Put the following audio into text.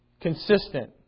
consistent